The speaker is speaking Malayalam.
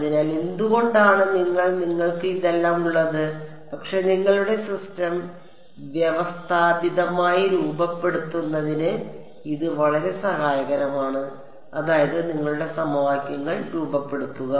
അതിനാൽ എന്തുകൊണ്ടാണ് ഞങ്ങൾ നിങ്ങൾക്ക് ഇതെല്ലാം ഉള്ളത് പക്ഷേ നിങ്ങളുടെ സിസ്റ്റം വ്യവസ്ഥാപിതമായി രൂപപ്പെടുത്തുന്നതിന് ഇത് വളരെ സഹായകരമാണ് അതായത് നിങ്ങളുടെ സമവാക്യങ്ങൾ രൂപപ്പെടുത്തുക